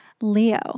leo